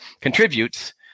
contributes